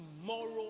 tomorrow